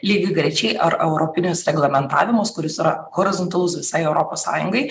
lygiagrečiai ar europinis reglamentavimas kuris yra hoizontalus visai europos sąjungai